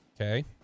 Okay